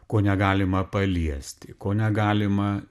ko negalima paliesti ko negalima